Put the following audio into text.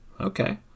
okay